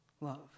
love